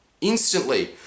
Instantly